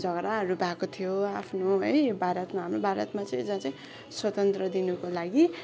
झगडाहरू भएको थियो आफ्नो है यो भारतमा हाम्रो भारतमा चाहिँ जहाँ चाहिँ स्वतन्त्र दिनुको लागि